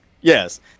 Yes